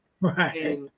Right